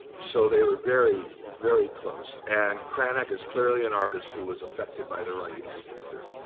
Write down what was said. so they were very, very close. and cranach is clearly an artist who was affected by the writings of luther,